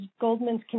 Goldman's